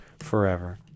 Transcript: forever